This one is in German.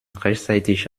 rechtzeitig